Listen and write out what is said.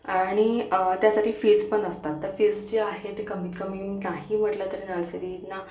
आणि त्यासाठी फीस पण असतात तर फीस जे आहे ते कमीत कमी नाही म्हटलं तरी नर्सरींना